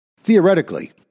theoretically